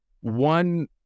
one